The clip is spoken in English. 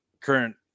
current